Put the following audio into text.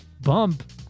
bump